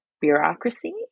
bureaucracy